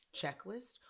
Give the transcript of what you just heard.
checklist